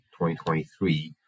2023